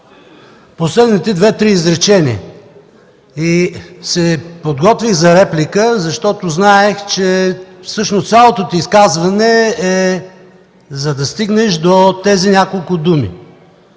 последните две-три изречения. И се подготвих за реплика, защото знаех, че всъщност цялото ти изказване е, за да стигнеш до тези няколко думи